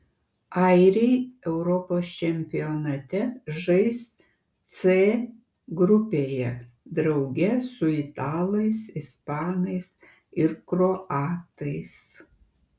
airiai europos čempionate žais c grupėje drauge su italais ispanais ir kroatais